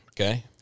Okay